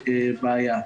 בעיה.